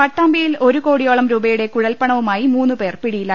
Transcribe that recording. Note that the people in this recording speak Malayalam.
പട്ടാമ്പിയിൽ ഒരു കോടിയോളം രൂപയുടെ കുഴൽപണവുമായി മൂന്നു പേർ പിടിയിൽ